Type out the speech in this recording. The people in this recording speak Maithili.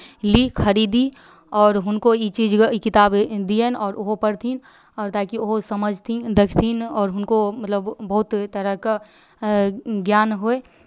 ली खरीदी आओर हुनको ई चीजके ई किताब दियनि आओर ओहो पढ़थिन आओर ताकि ओहो समझथिन देखथिन आओर हुनको मतलब बहुत ओहि तरहके ज्ञान होय